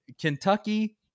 Kentucky